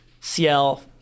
CL